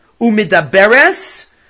Umidaberes